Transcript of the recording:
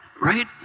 right